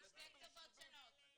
משתי כתובות שונות.